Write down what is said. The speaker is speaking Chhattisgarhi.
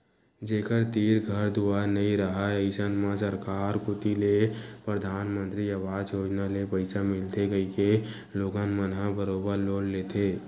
जेखर तीर घर दुवार नइ राहय अइसन म सरकार कोती ले परधानमंतरी अवास योजना ले पइसा मिलथे कहिके लोगन मन ह बरोबर लोन लेथे